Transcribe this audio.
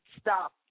stop